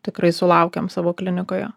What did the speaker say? tikrai sulaukiam savo klinikoje